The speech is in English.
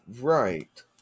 Right